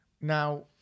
Now